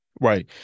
Right